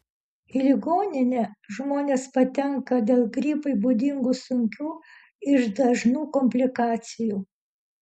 į ligoninę žmonės patenka dėl gripui būdingų sunkių ir dažnų komplikacijų